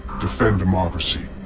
defend democracy.